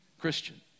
Christian